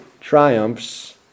triumphs